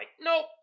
nope